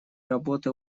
работы